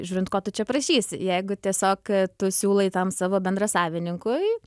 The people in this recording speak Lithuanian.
žiūrint ko tu čia parašysi jeigu tiesiog tu siūlai tam savo bendrasavininkui